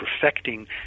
perfecting